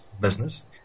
business